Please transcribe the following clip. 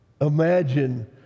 Imagine